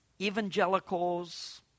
evangelicals